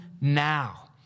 now